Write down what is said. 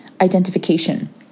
identification